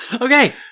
Okay